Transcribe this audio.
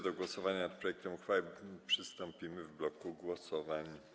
Do głosowania nad projektem uchwały przystąpimy w bloku głosowań.